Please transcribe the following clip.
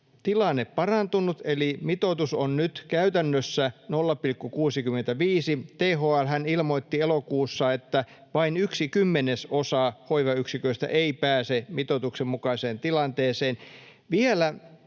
tilanne parantunut, eli mitoitus on nyt käytännössä 0,65. THL:hän ilmoitti elokuussa, että vain yksi kymmenesosa hoivayksiköistä ei pääse mitoituksen mukaiseen tilanteeseen.